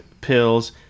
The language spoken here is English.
Pills